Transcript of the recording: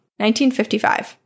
1955